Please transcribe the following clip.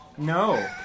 No